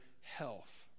health